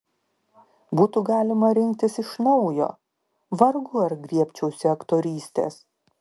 būtų galima rinktis iš naujo vargu ar griebčiausi aktorystės